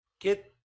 Get